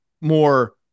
more